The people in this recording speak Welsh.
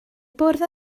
bwrdd